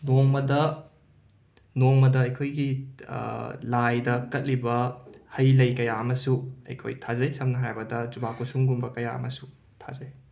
ꯅꯣꯡꯃꯗ ꯅꯣꯡꯃꯗ ꯑꯩꯈꯣꯏꯒꯤ ꯂꯥꯏꯗ ꯀꯠꯂꯤꯕꯥ ꯍꯩ ꯂꯩ ꯀꯌꯥ ꯑꯃꯁꯨ ꯑꯩꯈꯣꯏ ꯊꯥꯖꯩ ꯁꯝꯅ ꯍꯥꯏꯔꯕꯗ ꯖꯨꯕꯥ ꯀꯨꯁꯨꯝꯒꯨꯝꯕ ꯀꯌꯥ ꯑꯃꯁꯨ ꯊꯥꯖꯩ